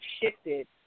shifted